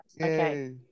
okay